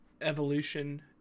evolution